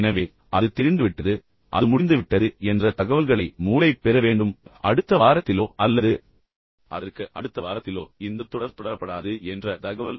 எனவே அது தெரிந்துவிட்டது அது முடிந்துவிட்டது என்ற தகவல்களை மூளை பெற வேண்டும் அடுத்த வாரத்திலோ அல்லது அதற்கு அடுத்த வாரத்திலோ இந்தத் தொடர் தொடரப்படாது என்ற தகவல்